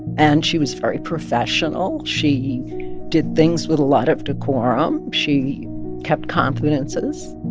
and she was very professional. she did things with a lot of decorum. she kept confidences